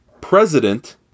president